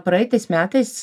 praeitais metais